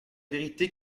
vérité